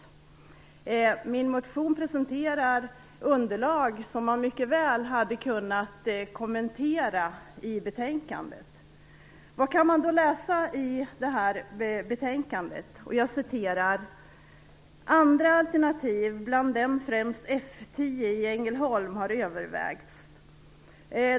I min motion presenteras underlag som man mycket väl hade kunnat kommentera i betänkandet. Vad kan man då läsa i betänkandet. Det står bl.a. att andra alternativ, bland dem främst F 10 i Ängelholm, har övervägts.